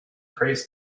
prays